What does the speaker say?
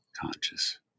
conscious